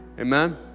Amen